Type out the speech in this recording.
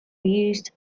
used